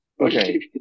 Okay